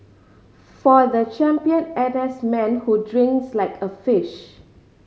for the champion N S man who drinks like a fish